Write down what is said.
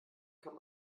kann